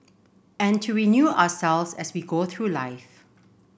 and to renew ourselves as we go through life